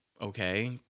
Okay